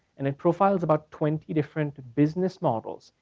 and it profiles about twenty different business models,